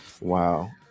Wow